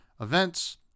events